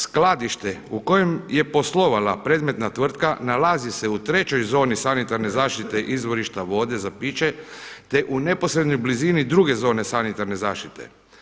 Skladište u kojem je poslovala predmetna tvrtka nalazi se u trećoj zoni sanitarne zaštite izvorišta vode za piće te u neposrednoj blizini druge zone sanitarne zaštite.